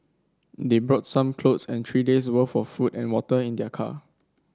they brought some clothes and three days' worth of food and water in their car